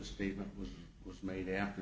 statement was made after